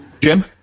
Jim